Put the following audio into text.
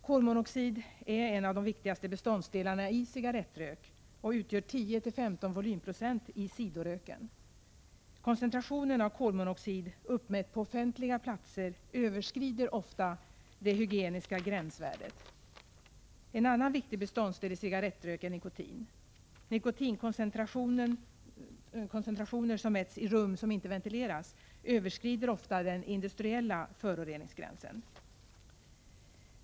Kolmonoxid är en av de viktigaste beståndsdelarna i cigarrettrök och utgör 10-15 volymprocent av sidoröken. Koncentrationen av kolmonoxid uppmätt på offentliga platser överskrider ofta det hygieniska gränsvärdet. En annan viktig beståndsdel i cigarrettrök är nikotin. Nikotinkoncentrationer som mätts i rum som inte ventileras överskrider ofta den industriella föroreningsgränsen.